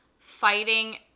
fighting